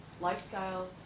lifestyle